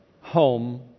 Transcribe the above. home